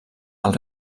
del